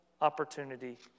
opportunity